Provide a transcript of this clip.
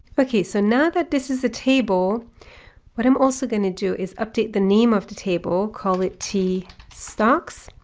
okay. so now that this is a table what i'm also going to do is update the name of the table, call it t stocks.